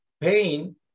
pain